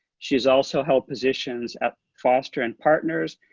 she has also held positions at foster and partners,